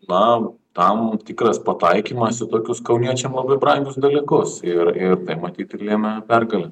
na tam tikras pataikymas į tokius kauniečiam labai brangius dalykus ir ir matyt ir lėmė pergalę